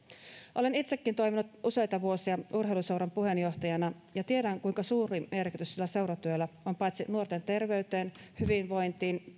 olen itsekin toiminut useita vuosia urheiluseuran puheenjohtajana ja tiedän kuinka suuri merkitys seuratyöllä on paitsi nuorten terveyteen hyvinvointiin ja